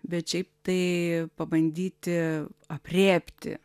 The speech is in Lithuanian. bet šiaip tai pabandyti aprėpti